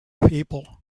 people